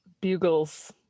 Bugles